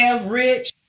Rich